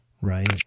Right